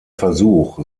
versuch